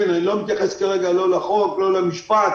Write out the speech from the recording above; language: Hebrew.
אני לא מתייחס כרגע לחוק או למשפט